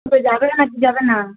তুমি যাবে নাকি যাবে না